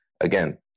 Again